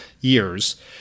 years